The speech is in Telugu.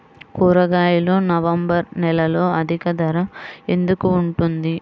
కూరగాయలు నవంబర్ నెలలో అధిక ధర ఎందుకు ఉంటుంది?